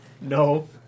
No